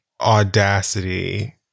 audacity